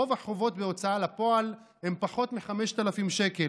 רוב החובות בהוצאה לפועל הם פחות מ-5,000 שקל,